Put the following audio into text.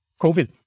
COVID